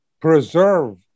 preserve